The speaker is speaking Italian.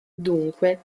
dunque